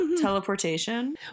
teleportation